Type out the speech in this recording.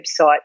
website